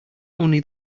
only